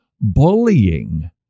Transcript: bullying